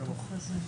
נמשיך.